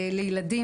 לילדים